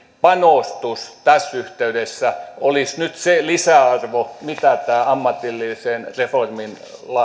panostus tässä yhteydessä olisi nyt se lisäarvo mitä tämä ammatillisen reformin